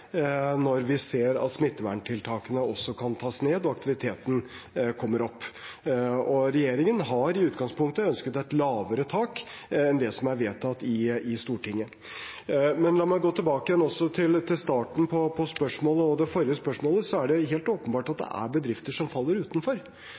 når vi ser at smitteverntiltakene kan tas ned og aktiviteten kommer opp. Og regjeringen har i utgangspunktet ønsket et lavere tak enn det som er vedtatt i Stortinget. Men la meg gå tilbake igjen til starten på spørsmålet og til det forrige spørsmålet: Det er helt åpenbart at